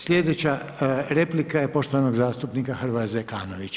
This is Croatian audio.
Sljedeća replika je poštovanog zastupnika Hrvoja Zekanovića.